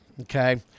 okay